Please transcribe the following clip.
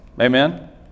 Amen